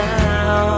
now